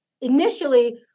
initially